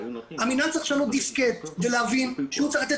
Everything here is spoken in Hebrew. המינהל צריך לשנות דיסקט ולהבין שהוא צריך לתת